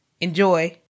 Enjoy